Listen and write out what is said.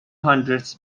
hundred